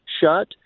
shut